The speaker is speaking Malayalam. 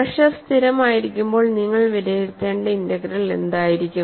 പ്രെഷർ സ്ഥിരമായിരിക്കുമ്പോൾ നിങ്ങൾ വിലയിരുത്തേണ്ട ഇന്റഗ്രൽ എന്തായിരിക്കും